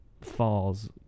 falls